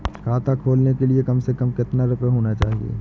खाता खोलने के लिए कम से कम कितना रूपए होने चाहिए?